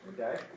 Okay